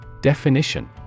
Definition